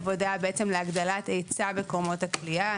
עבודה להגדלת היצע במקומות הכליאה,